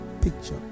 picture